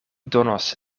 donos